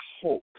hope